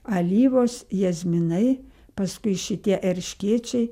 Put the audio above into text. alyvos jazminai paskui šitie erškėčiai